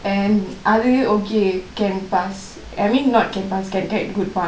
and அதுல:athula okay can pass I mean not can pass can get good point